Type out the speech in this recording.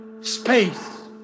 Space